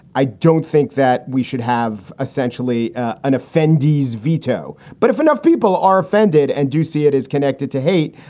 i don't think that we should have essentially an offends vito. but if enough people are offended and do see it is connected to hate,